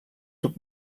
tub